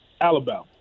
Alabama